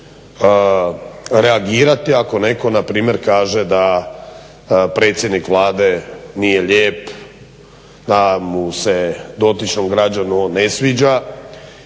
netko npr. kaže da predsjednik Vlade nije lijep, da mu se dotičnom građaninu on ne sviđa.